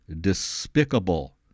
despicable